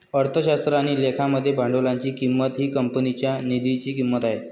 अर्थशास्त्र आणि लेखा मध्ये भांडवलाची किंमत ही कंपनीच्या निधीची किंमत आहे